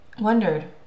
wondered